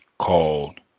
Called